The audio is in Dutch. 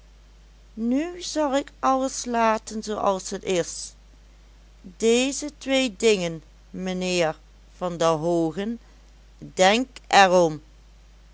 nu zal ik alles laten zoo als het is deze twee dingen mijnheer van der hoogen denk er